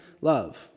love